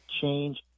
change